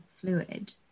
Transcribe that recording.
fluid